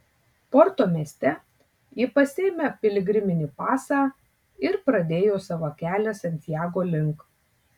porto mieste ji pasiėmė piligriminį pasą ir pradėjo savo kelią santiago link